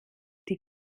die